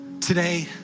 today